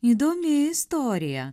įdomi istorija